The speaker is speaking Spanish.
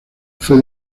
fue